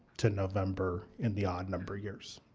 to november in the odd number years.